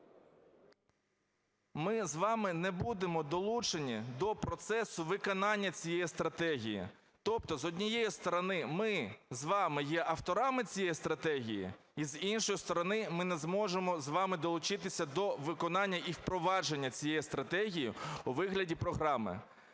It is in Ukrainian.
Ми з вами не будемо долучені до процесу виконання цієї стратегії. Тобто, з однієї сторони, ми з вами є авторами цієї стратегії і, з іншої сторони, ми не зможемо з вами долучитися до виконання і впровадження цієї стратегії у вигляді програми.